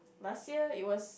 last year it was